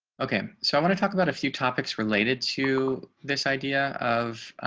okay. so i want to talk about a few topics related to this idea of